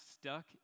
stuck